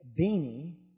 beanie